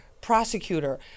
prosecutor